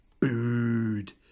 booed